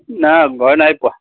নাই ঘৰ নাই পোৱা